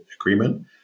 agreement